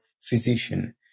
physician